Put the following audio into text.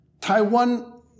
Taiwan